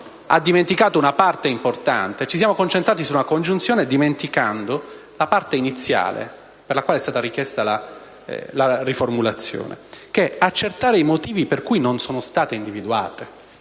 è dimenticati però di una parte importante. Ci siamo concentrati su una congiunzione, dimenticando la parte iniziale per la quale è stata richiesta la riformulazione: accertare i motivi per cui non sono stati individuati